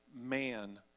man